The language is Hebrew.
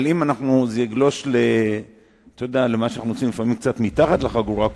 אבל אם נגלוש למה שאנחנו עושים לפעמים קצת מתחת לחגורה,